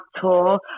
tour